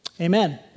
Amen